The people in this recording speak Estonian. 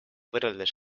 võrreldes